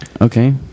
Okay